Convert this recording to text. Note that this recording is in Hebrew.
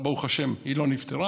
ברוך השם היא לא נפטרה,